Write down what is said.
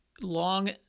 long